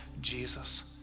Jesus